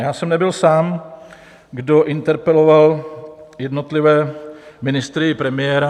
Já jsem nebyl sám, kdo interpeloval jednotlivé ministry i premiéra.